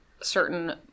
certain